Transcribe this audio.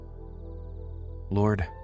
Lord